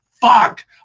fuck